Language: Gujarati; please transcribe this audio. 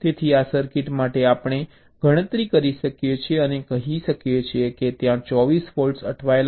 તેથી આ સર્કિટ માટે આપણે ગણતરી કરી શકીએ છીએ અને કહી શકીએ છીએ કે ત્યાં 24 ફૉલ્ટ્સ અટવાયેલા છે